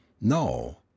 No